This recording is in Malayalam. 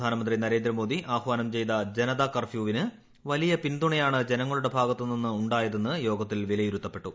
പ്രധാനമന്ത്രി നരേന്ദ്രമോദി ആഹ്വാനം ചെയ്ത ജനതാ കർഫ്യൂവിന് വലിയ പിന്തുണയാണ് ജനങ്ങളുടെ ഭാഗത്തുനിന്ന് ഉണ്ടായതെന്ന് യോഗത്തിൽ വിലയിരുത്തപ്പെട്ടു